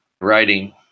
writing